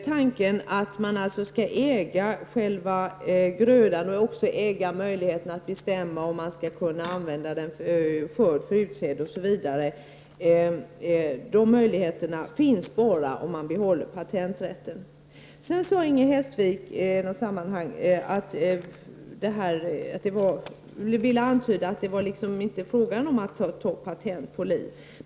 Tanken att man skall äga själva grödan och kunna bestämma om den skall användas för utsäde osv. är möjlig endast om patenten behålls. Inger Hestvik antydde att det inte var fråga om att ta patent på liv.